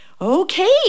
Okay